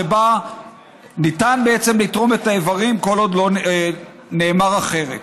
שבה ניתן בעצם לתרום את האיברים כל עוד לא נאמר אחרת.